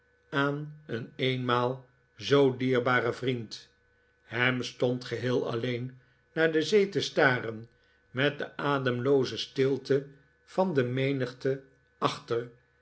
aan een eenmaal zoo dierbaren vriend ham stond geheel alleen naar de zee te staren met de ademlooze stilte van de menigte achter